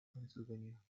pennsylvania